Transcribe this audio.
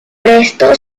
prestó